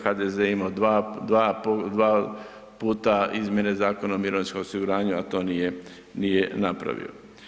HDZ je imao dva puta izmjene Zakona o mirovinskom osiguranju, a to nije napravio.